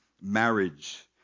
marriage